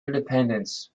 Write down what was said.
independence